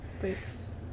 thanks